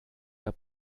der